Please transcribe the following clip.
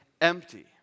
empty